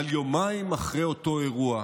אבל יומיים אחרי אותו אירוע,